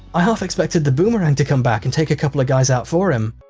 i half expected the boomerang to come back and take a couple of guys out for him.